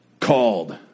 called